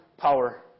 power